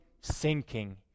sinking